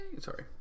Sorry